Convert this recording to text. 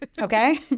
okay